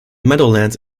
meadowlands